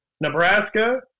Nebraska